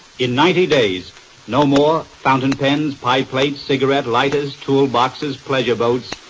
in ninety days no more fountain pens, pie plates, cigarette lighters, toolboxes, pleasure boats,